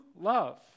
love